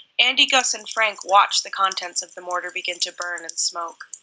andy, gus, and frank watch the contents in the mortar begin to burn and smoke.